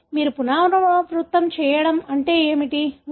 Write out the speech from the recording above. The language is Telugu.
మీరు పునరావృతం చేయడం అంటే ఏమిటి